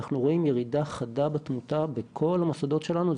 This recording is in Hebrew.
אנחנו רואים ירידה חדה בתמותה בכל המוסדות שלנו.